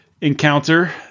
encounter